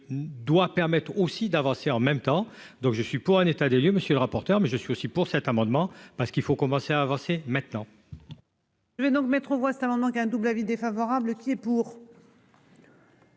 lieux doit permettre aussi d'avancer en même temps donc je suis pour un état des lieux. Monsieur le rapporteur. Mais je suis aussi pour cet amendement parce qu'il faut commencer à avancer maintenant.-- Je vais donc mettre aux voix cet amendement qui a un double avis défavorable qui est pour.